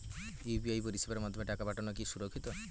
UPI পরিষেবার মাধ্যমে টাকা পাঠানো কি সুরক্ষিত?